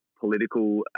political